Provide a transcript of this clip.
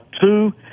two